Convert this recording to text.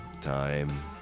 time